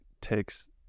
takes